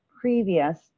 previous